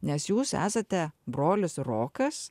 nes jūs esate brolis rokas